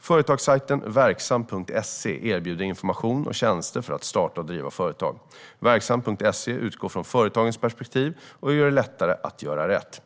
Företagssajten verksamt.se erbjuder information och tjänster för att starta och driva företag. Verksamt.se utgår från företagens perspektiv och gör det lättare att göra rätt.